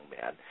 man